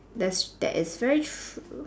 that's that is so true